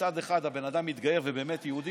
שמצד אחד הבן אדם יתגייר והוא באמת יהודי